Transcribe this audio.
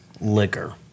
liquor